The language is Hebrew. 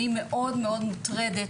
אני מאוד מאוד מוטרדת